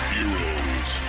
Heroes